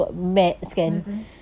betul